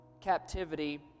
captivity